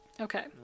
okay